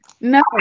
no